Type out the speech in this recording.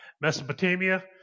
Mesopotamia